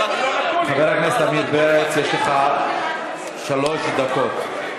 חבר הכנסת עמיר פרץ, יש לך שלוש דקות.